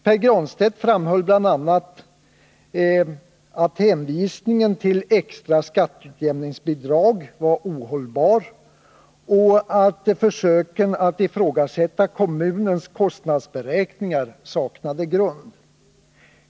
Pär Granstedt framhöll bl.a. att hänvisningen till extra skatteutjämningsbidrag var ohållbar och att försöken att ifrågasätta kommunens kostnadsberäkningar saknade grund.